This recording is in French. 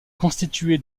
constitué